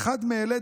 באחד מאלה,